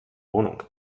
wohnung